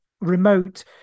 remote